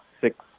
six